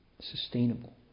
sustainable